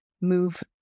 move